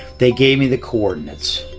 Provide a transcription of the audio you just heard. they gave me the coordinates.